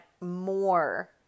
more